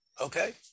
Okay